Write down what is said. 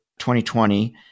2020